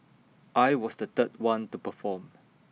I was the third one to perform